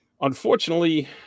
Unfortunately